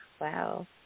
wow